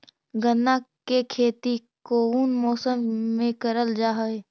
गन्ना के खेती कोउन मौसम मे करल जा हई?